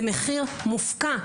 זה מחיר מופקע,